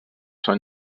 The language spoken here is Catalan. són